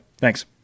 Thanks